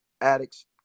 addicts